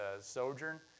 Sojourn